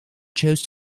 chose